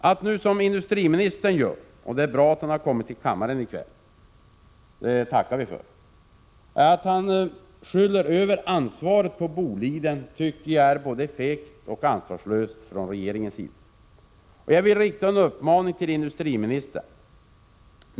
Att nu, som industriministern gör, skyla över ansvaret på Boliden tycker jag är både fegt och ansvarslöst från regeringens sida. Det är bra att industriministern har kommit till kammaren i kväll. Det tackar vi för. Jag vill rikta en uppmaning tillindustriministern.